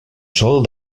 sol